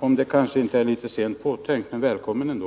Det är kanske litet sent påtänkt, men välkommen ändå!